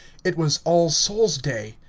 it was all souls' day.